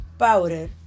powder